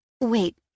Wait